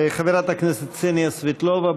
חברת הכנסת קסניה סבטלובה,